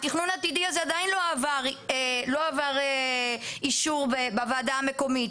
התכנון העתידי הזה עדיין לא עבר אישור בוועדה המקומית,